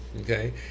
okay